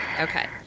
Okay